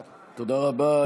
תודה רבה.